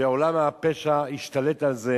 שעולם הפשע השתלט על זה.